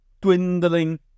dwindling